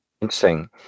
Interesting